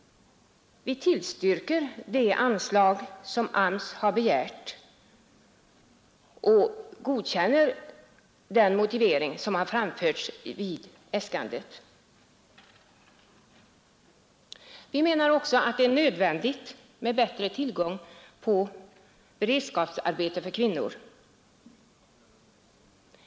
Vi tillstyrker det anslag som AMS har begärt och godkänner den motivering som har framförts vid äskandet. Vi menar också att det är nödvändigt med bättre tillgång på beredskapsarbete för kvinnor.